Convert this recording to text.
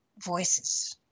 voices